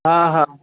हा हा